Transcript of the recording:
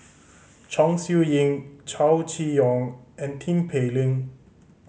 Chong Siew Ying Chow Chee Yong and Tin Pei Ling